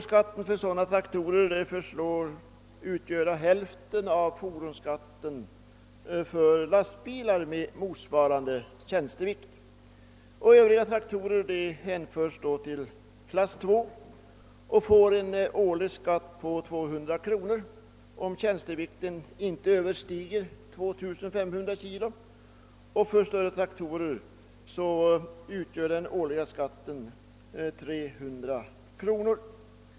Skatten för sådana traktorer föreslås utgöra hälften av fordonsskatten för lastbilar med motsvarande tjänstevikt. Övriga traktorer hänförs till klass II med en årlig skatt på 200 kronor om tjänstevikten inte överstiger 2 500 kg, medan skatten för större traktorer blir 300 kronor.